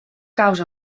caus